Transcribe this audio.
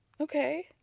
Okay